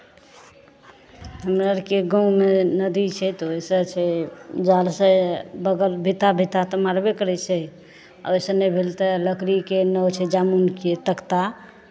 हमरा आरके गाँवमे नदी छै तऽ ओहिसँ छै जालसँ बगल भिता भिता तऽ मारबे करै छै आ ओहिसँ नहि भेल तऽ लकड़ीके नाओसँ जामुनके तख्ता